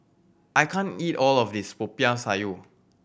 I can't eat all of this Popiah Sayur